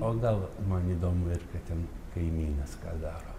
o gal man įdomu ką ten kaimynas ką daro